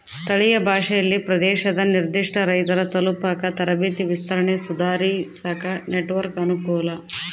ಸ್ಥಳೀಯ ಭಾಷೆಯಲ್ಲಿ ಪ್ರದೇಶದ ನಿರ್ಧಿಷ್ಟ ರೈತರ ತಲುಪಾಕ ತರಬೇತಿ ವಿಸ್ತರಣೆ ಸುಧಾರಿಸಾಕ ನೆಟ್ವರ್ಕ್ ಅನುಕೂಲ